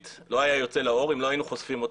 לא היה יוצא לאור אם לא היינו חושפים אותו.